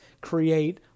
create